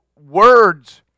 Words